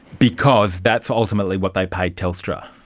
because that's ultimately what they paid telstra.